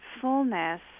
fullness